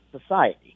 society